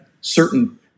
certain